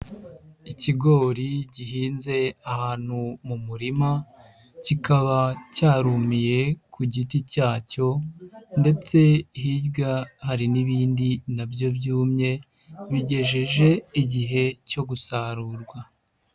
Ikigori gihinze ahantu mu murima kikaba cyarumiye ku giti cyacyo ndetse hirya hari n'ibindi na byo byumye bigejeje igihe cyo gusarurwa.